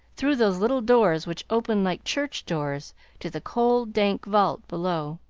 through those little doors which opened like church doors to the cold, dank vault below.